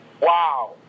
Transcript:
Wow